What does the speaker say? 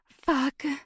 Fuck